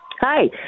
Hi